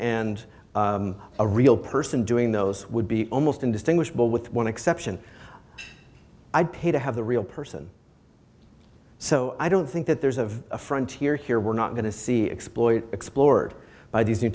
and a real person doing those would be almost indistinguishable with one exception i'd pay to have the real person so i don't think that there's a frontier here we're not going to see exploit explored by these new